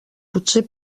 potser